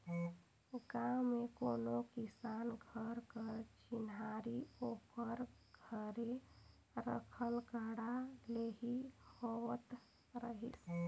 गाँव मे कोनो किसान घर कर चिन्हारी ओकर घरे रखल गाड़ा ले ही होवत रहिस